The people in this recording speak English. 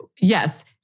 Yes